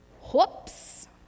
Whoops